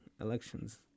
elections